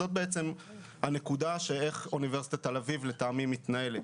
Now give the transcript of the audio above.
זה הנקודה איך אוניברסיטת תל אביב מתנהלת.